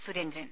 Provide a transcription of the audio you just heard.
Surendran